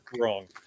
wrong